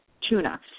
tuna